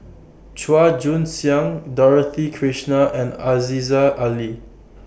Chua Joon Siang Dorothy Krishnan and Aziza Ali